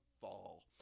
fall